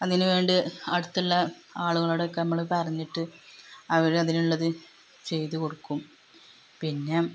അതിന് വേണ്ടി അടുത്തുള്ള ആളുകളോടൊക്കെ നമ്മള് പറഞ്ഞിട്ട് അവരതിനുള്ളത് ചെയ്തു കൊടുക്കും പിന്നെ